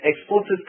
exports